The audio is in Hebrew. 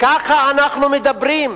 ככה אנחנו מדברים.